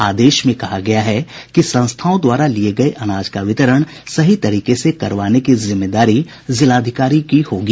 आदेश में कहा गया है कि संस्थाओं द्वारा लिये गये अनाज का वितरण सही तरीके से करवाने की जिम्मेदारी जिलाधिकारी की होगी